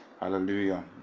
Hallelujah